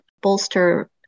bolster